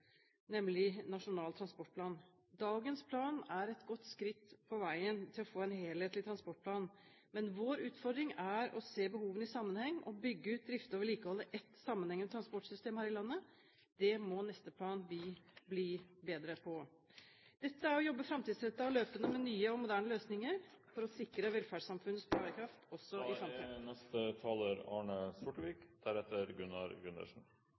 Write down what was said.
nemlig Nasjonal transportplan. Dagens plan er et godt skritt på veien til å få en helhetlig transportplan, men vår utfordring er å se behovene i sammenheng og bygge ut, drifte og vedlikeholde et sammenhengende transportsystem her i landet. Der må neste plan bli bedre. Dette er å jobbe framtidsrettet og løpende med nye og moderne løsninger for å sikre velferdssamfunnets bærekraft også i